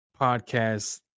podcast